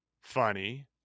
funny